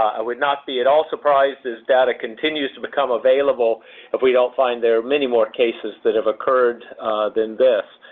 i would not be at all surprised as data continues to become available if we don't find there are many more cases that have occurred than this.